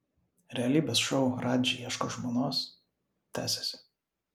realybės šou radži ieško žmonos tęsiasi